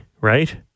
right